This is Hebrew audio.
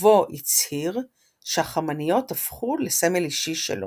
ובו הצהיר שהחמניות הפכו לסמל אישי שלו.